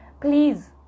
please